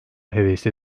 hevesli